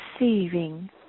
receiving